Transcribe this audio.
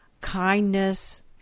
kindness